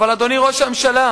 אבל, אדוני ראש הממשלה,